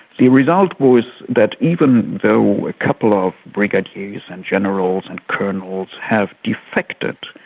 the result was that even though a couple of brigadiers and generals and colonels have defected,